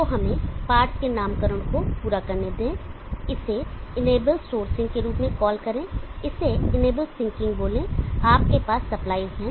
तो हमें पार्ट्स के नामकरण को पूरा करने दें इसे इनेबल सोर्सिंग के रूप में कॉल करें इसे इनेबल सिंकिंग बोले आपके पास सप्लाईज है